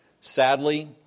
sadly